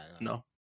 No